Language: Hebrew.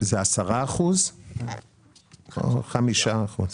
זה 10 אחוזים או 5 אחוזים?